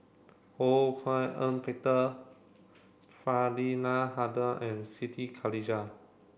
Ho Hak Ean Peter Faridah Hanum and Siti Khalijah